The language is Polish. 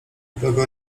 owego